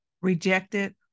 rejected